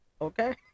Okay